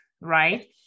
right